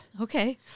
Okay